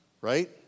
Right